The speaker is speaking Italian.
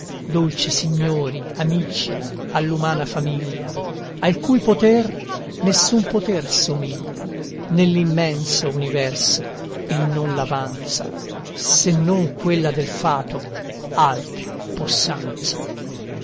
dolci signori amici all'umana famiglia al cui poter nessun poter somiglia nell'immenso universo e non l'avanza se non quella del fato altra possanza